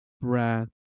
Brad